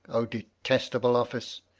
o detestable office!